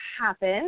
happen